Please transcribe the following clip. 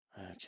Okay